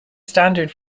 standard